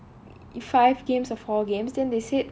five games or four games then they said